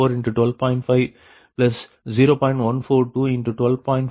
52500 Rshr